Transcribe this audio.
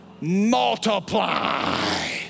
Multiply